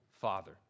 Father